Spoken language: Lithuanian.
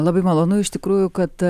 labai malonu iš tikrųjų kad